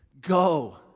Go